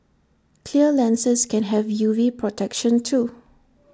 clear lenses can have U V protection too